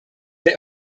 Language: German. der